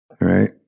Right